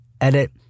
Edit